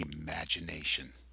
imagination